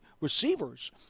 receivers